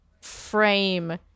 frame